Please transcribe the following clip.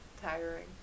tiring